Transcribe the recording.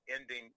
ending